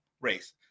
race